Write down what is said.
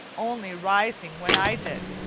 only rising when i did.